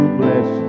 bless